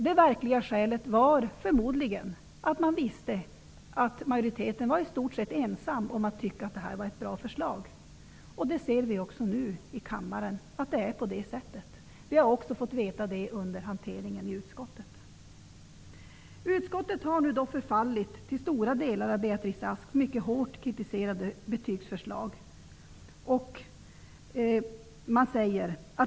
Det verkliga skälet var, förmodligen, att majoriteten var i stort sett ensam om att tycka att detta är ett bra förslag. Vi ser nu här i kammaren att det är så. Vi har också fått veta detta under hanteringen i utskottet. Utskottet har nu förfallit till stora delar av Beatrice Asks mycket hårt kritiserade betygsförslag.